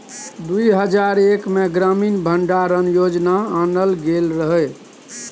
दु हजार एक मे ग्रामीण भंडारण योजना आनल गेल रहय